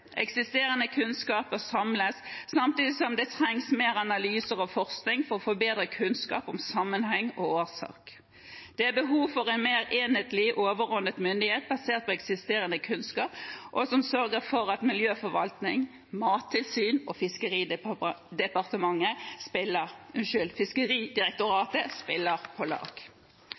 Eksisterende kunnskap bør samles, samtidig som det trengs mer analyser og forskning for å få bedre kunnskap om sammenheng og årsak. Det er behov for en mer enhetlig og overordnet myndighet basert på eksisterende kunnskap som sørger for at miljøforvaltning, Mattilsynet og Fiskeridirektoratet spiller